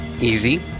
easy